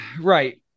right